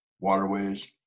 waterways